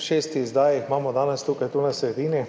šest izdaji jih imamo danes tukaj tu na sredini,